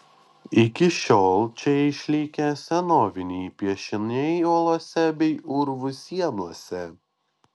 iki šiol čia išlikę senoviniai piešiniai uolose bei urvų sienose